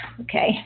Okay